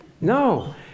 No